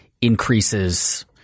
increases